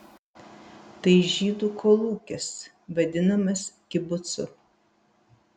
tai žydų kolūkis vadinamas kibucu